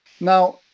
Now